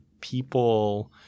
people